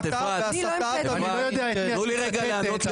אני לא יודע את מי שאת מצטטת,